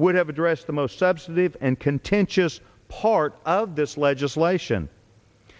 would have addressed the most substantive and contentious part of this legislation